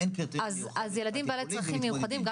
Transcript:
אז ילדים בעלי צרכים מיוחדים,